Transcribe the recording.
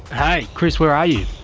hey chris, where are you?